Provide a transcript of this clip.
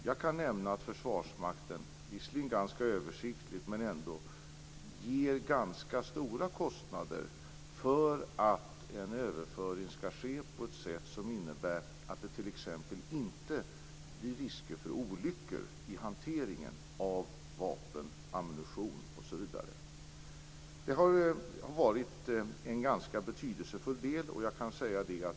Jag kan nämna att Försvarsmakten, visserligen ganska översiktligt men ändå, lägger ganska stora kostnader på att överföring skall ske på ett sätt som innebär att det t.ex. inte uppstår risk för olyckor vid hanteringen av vapen, ammunition osv. Det har varit en ganska betydelsefull del.